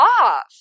off